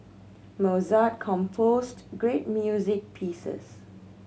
Mozart composed great music pieces